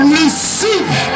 receive